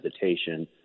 hesitation